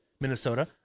Minnesota